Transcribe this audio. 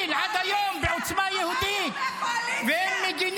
איך הוא יכול להגיד